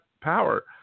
power